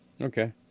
Okay